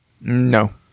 No